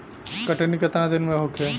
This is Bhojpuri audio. कटनी केतना दिन में होखे?